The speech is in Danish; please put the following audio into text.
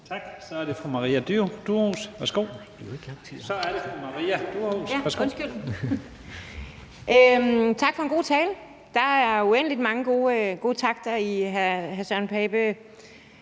Tak for en god tale. Der er uendelig mange gode takter i hr. Søren Pape